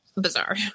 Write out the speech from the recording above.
bizarre